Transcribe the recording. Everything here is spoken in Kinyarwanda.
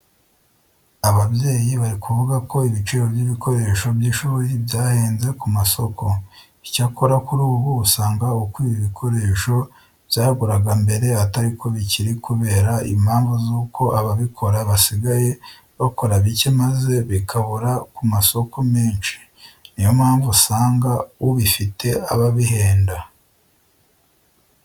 Ababyeyi bari kuvuga ko ibiciro by'ibikoresho by'ishuri byahenze ku masoko. Icyakora kuri ubu usanga uko ibi bikoresho byaguraga mbere atari ko bikiri kubera impamvu zuko ababikora basigaye bakora bike maze bikabura ku masoko menshi. Niyo mpamvu usanga ubifite aba abihenda.